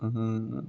അതാണ്